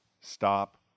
stop